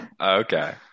Okay